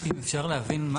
אם אפשר להבין,